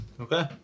Okay